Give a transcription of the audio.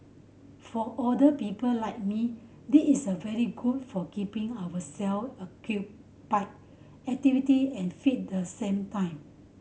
for older people like me this is a very good for keeping ourself occupied activity and fit the same time